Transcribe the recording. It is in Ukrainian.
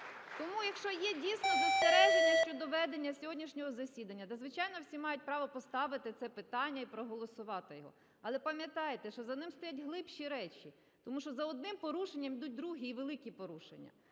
Тому, якщо є дійсно застереження щодо ведення сьогоднішнього засідання, то, звичайно, всі мають право поставити це питання і проголосувати його. Але пам'ятайте, що за ним стоять глибші речі, тому що за одним порушенням ідуть другі і великі порушення.